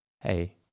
Hey